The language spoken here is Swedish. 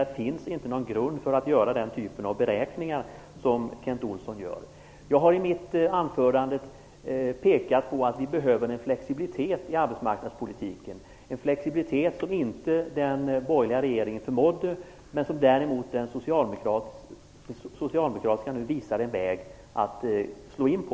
Det finns inte någon grund för att göra den typ av beräkningar som I mitt anförande pekade jag på att vi behöver en flexibilitet i arbetsmarknadspolitiken. Det förmådde inte den borgerliga regeringen skapa. Den socialdemokratiska regeringen anvisar nu en väg att slå in på.